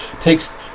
takes